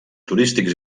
turístics